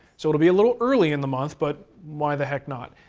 so it'll be a little early in the month, but why the heck not?